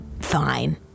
fine